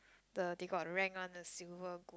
the they got rank one the silver gold